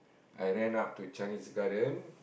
I ran up to Chinese-Garden